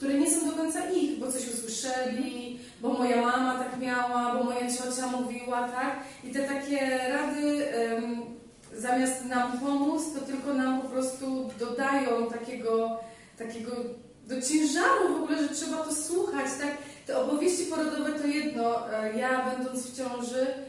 które nie są do końca ich, bo coś usłyszeli, bo moja mama tak miała, bo moja ciocia mówiła, tak? I te takie rady, em, zamiast nam pomóc, to tylko nam po prostu dodają takiego- takiego do ciężaru w ogóle, że trzeba to słuchać, tak? Te opowieści porodowe to jedno, e, ja będąc w ciąży,